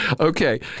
Okay